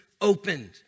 opened